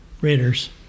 Raiders